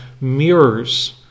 mirrors